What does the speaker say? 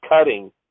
cutting